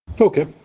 Okay